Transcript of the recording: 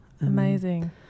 Amazing